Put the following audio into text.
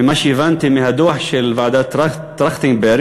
ממה שהבנתי מהדוח של ועדת טרכטנברג,